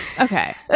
Okay